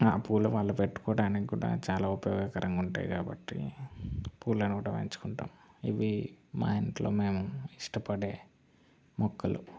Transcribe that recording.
ఆ పూలమాల పెట్టుకోవడానికి కూడా చాలా ఉపయోగకరంగా ఉంటాయి కాబట్టి పూలను కూడా పెంచుకుంటాము ఇవి మా ఇంట్లో మేము ఇష్టపడే మొక్కలు